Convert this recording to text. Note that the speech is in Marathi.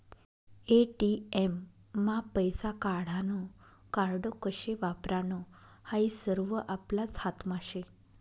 ए.टी.एम मा पैसा काढानं कार्ड कशे वापरानं हायी सरवं आपलाच हातमा शे